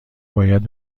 باید